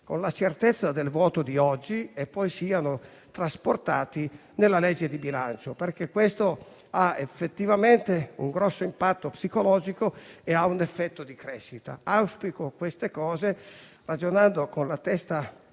con la certezza del voto di oggi, e poi siano trasportate nella legge di bilancio, perché questo avrà effettivamente un grosso impatto psicologico e un effetto di crescita. Auspico queste cose, ragionando con la testa